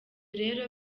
rero